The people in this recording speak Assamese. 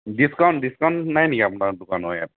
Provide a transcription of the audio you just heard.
ডিছকাউণ্ট ডিছকাউণ্ট নাই নেকি আপোনাৰ দোকানৰ ইয়াত